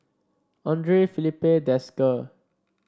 Andre Filipe Desker